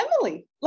Emily